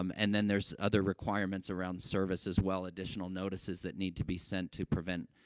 um and then, there's other requirements around service, as well, additional notices that need to be sent to prevent,